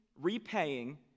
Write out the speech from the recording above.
repaying